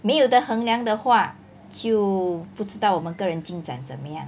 没有的衡量的话就不知道我们个人进展怎么样